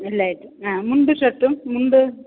ഇല്ലായിരിക്കും അ മുണ്ടും ഷർട്ടും മുണ്ട്